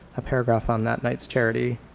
a paragraph on that night's charity.